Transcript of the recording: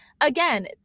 again